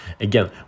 Again